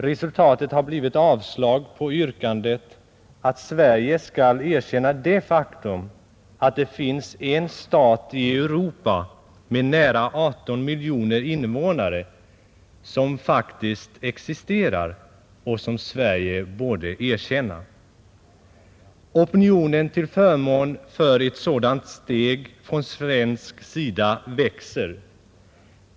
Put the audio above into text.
Resultatet har blivit avslag på yrkandet att Sverige skall erkänna det faktum att det finns en stat i Europa med nära 18 miljoner invånare, som faktiskt existerar och som Sverige borde erkänna, Opinionen till förmån för ett sådant steg från svensk sida växer.